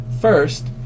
First